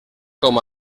com